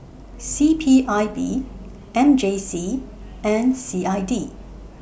C P I B M J C and C I D